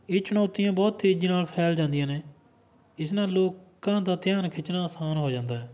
ਇਹ ਚੁਣੌਤੀਆਂ ਬਹੁਤ ਤੇਜੀ ਨਾਲ ਫੈਲ ਜਾਂਦੀਆਂ ਨੇ ਇਸ ਨਾਲ ਲੋਕਾਂ ਦਾ ਧਿਆਨ ਖਿੱਚਣਾ ਆਸਾਨ ਹੋ ਜਾਂਦਾ ਹੈ